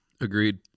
Agreed